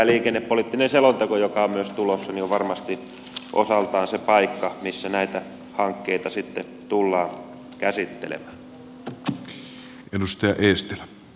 liikennepoliittinen selonteko joka on myös tulossa on varmasti osaltaan se paikka missä näitä hankkeita sitten tullaan käsittelemään